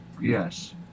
Yes